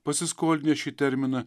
pasiskolinęs šį terminą